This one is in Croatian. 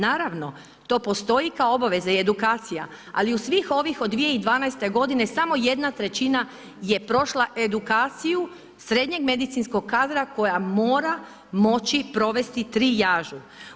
Naravno, to postoji kao obaveza i edukacija ali od svih ovih od 2012. g., samo 1/3 je prošla edukaciju srednjeg medicinskog kadra koja mora moći provesti trijažu.